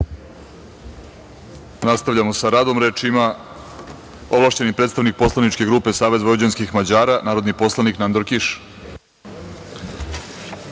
Nastavljamo sa radom. Reč ima ovlašćeni predstavnik poslaničke grupe Savez vojvođanskih Mađara, narodni poslanik Nandor Kiš.